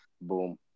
Boom